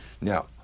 Now